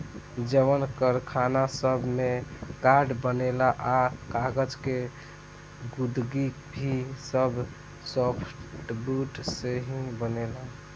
जवन कारखाना सब में कार्ड बनेला आ कागज़ के गुदगी भी सब सॉफ्टवुड से ही बनेला